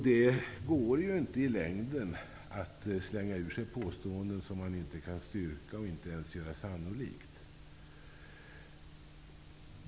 Det går inte i längden att slänga ur sig påståenden som man inte kan styrka och inte ens göra sannolika.